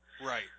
Right